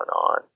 on